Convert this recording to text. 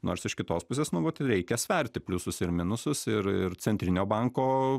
nors iš kitos pusės nu vat reikia sverti pliusus ir minusus ir ir centrinio banko